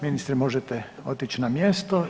Ministre možete otići na mjesto.